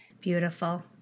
Beautiful